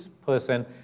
person